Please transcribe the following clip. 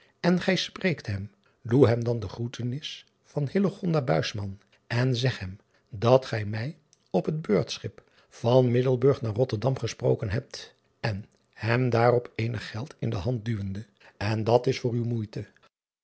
en gij spreekt hem doe hem dan de groetenis van en zeg hem dat gij mij op het beurtschip van iddelburg naar otterdam gesproken hebt en hem daarop eenig geld in de hand duwende en dat is voor uw moeite